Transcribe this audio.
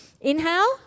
inhale